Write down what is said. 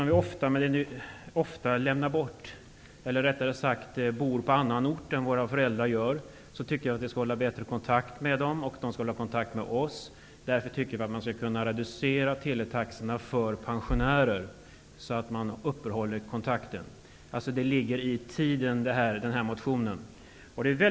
Vi bor ofta på annan ort än vad våra föräldrar gör. Vi borde hålla bättre kontakt med dem, och de skall kunna hålla kontakt med oss. Därför bör teletaxorna för pensionärer reduceras, så att kontakten kan upprätthållas. Den här motionen ligger i tiden.